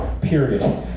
period